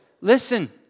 listen